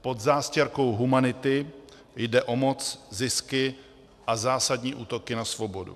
Pod zástěrkou humanity jde o moc, zisky a zásadní útoky na svobodu.